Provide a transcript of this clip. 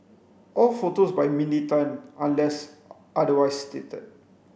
all photos by Mindy Tan unless otherwise stated